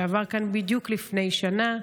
שעבר כאן בדיוק לפני שנה,